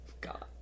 God